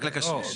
רק לקשיש.